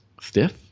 stiff